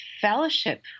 fellowship